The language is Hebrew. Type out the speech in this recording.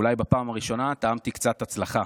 אולי בפעם הראשונה טעמתי קצת הצלחה.